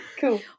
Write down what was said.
Cool